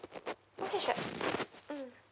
okay sure mm